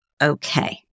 okay